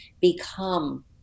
become